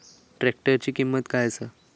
ट्रॅक्टराची किंमत काय आसा?